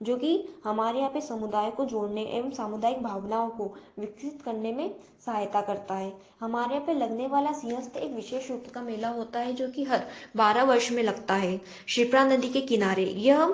जो कि हमारे यहाँ पर समुदाय को जोड़ने एवम सामुदायिक भावनाओं को विकसित करने में सहायता करता है हमारे यहाँ पर लगने वाला सिंहस्थ एक विशेष रूप का मेला होता है जो कि हर बारह वर्ष में लगता है शिप्रा नदी के किनारे यह हम